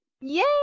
Yay